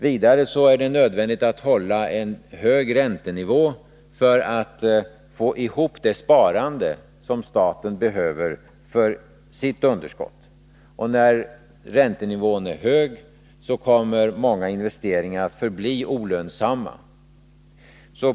Vidare är det nödvändigt att hålla en hög räntenivå för att få ihop det sparande som staten behöver för sitt underskott. När räntenivån är hög kommer många investeringar att förbli olönsamma.